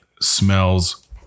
smells